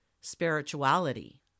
spirituality